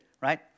right